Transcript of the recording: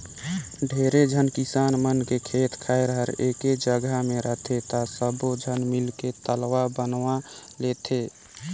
ढेरे झन किसान मन के खेत खायर हर एके जघा मे रहथे त सब्बो झन मिलके तलवा बनवा लेथें